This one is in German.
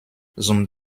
zum